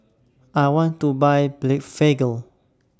I want to Buy Blephagel